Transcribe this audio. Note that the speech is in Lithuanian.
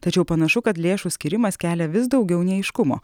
tačiau panašu kad lėšų skyrimas kelia vis daugiau neaiškumo